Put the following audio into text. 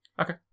Okay